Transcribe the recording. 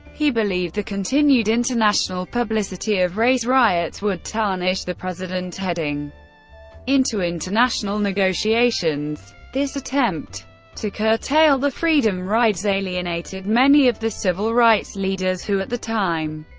he believed the continued international publicity of race riots would tarnish the president heading into international negotiations. this attempt to curtail the freedom rides alienated many of the civil rights leaders who, at the time,